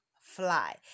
fly